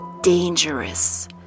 dangerous